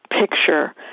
picture